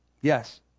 Yes